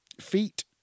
feet